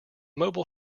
mobile